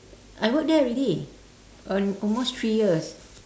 I work there already on almost three years